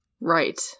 Right